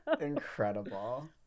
incredible